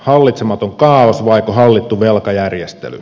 hallitsematon kaaos vaiko hallittu velkajärjestely